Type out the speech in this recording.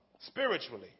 spiritually